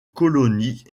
colonie